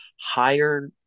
higher